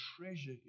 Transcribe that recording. treasure